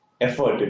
effort